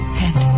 head